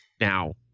Now